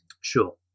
Sure